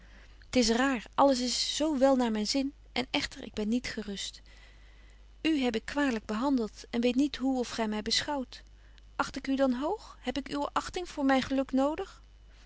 t is raar alles is zo wel naar myn zin en echter ik ben niet gerust u heb ik kwalyk behandelt en weet niet hoe of gy my beschouwt acht ik u dan hoog heb ik uwe achting voor myn geluk nodig